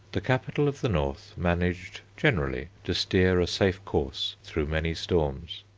the capital of the north managed generally to steer a safe course through many storms.